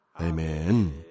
Amen